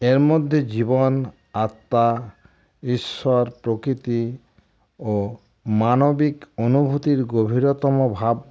এর মধ্যে জীবন আত্মা ঈশ্বর প্রকৃতি ও মানবিক অনুভূতির গভীরতম ভাব